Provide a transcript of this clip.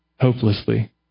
hopelessly